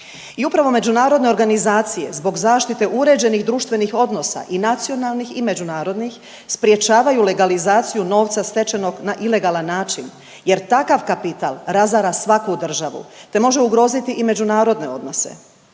I upravo međunarodne organizacije zbog zaštite uređenih društvenih odnosa i nacionalnih i međunarodnih sprječavaju legalizaciju novca stečenog na ilegalan način, jer takav kapital razara svaku državu te može ugroziti i međunarodne odnose.